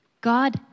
God